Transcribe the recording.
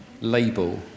label